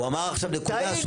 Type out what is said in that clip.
הוא אמר עכשיו נקודה,